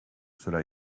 cela